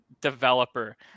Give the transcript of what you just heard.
developer